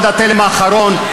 עד התלם האחרון,